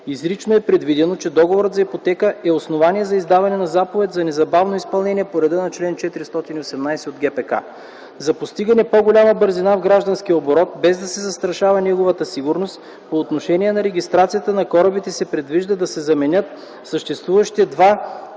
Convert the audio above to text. Изрично е предвидено, че договорът за ипотека е основание за издаване на заповед за незабавно изпълнение по реда на чл. 418 от ГПК. За постигне по-голяма бързина в гражданския оборот, без да се застрашава неговата сигурност, по отношение на регистрацията на корабите се предвижда да се заменят съществуващите два документа